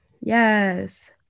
Yes